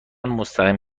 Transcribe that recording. مستقیم